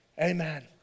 Amen